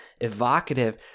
evocative